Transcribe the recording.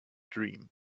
dream